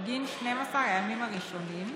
בגין 12 הימים הראשונים,